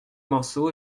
morceaux